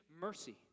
mercy